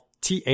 TA